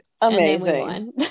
amazing